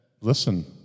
Listen